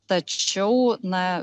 tačiau na